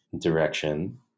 direction